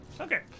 okay